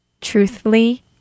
truthfully